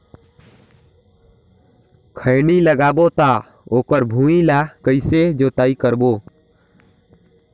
खैनी लगाबो ता ओकर भुईं ला कइसे जोताई करबो?